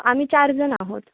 आम्ही चारजणं आहोत